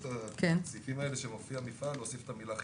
בשלושת הסעיפים האלה כשמופיע מפעל להוסיף את המילה חיוני.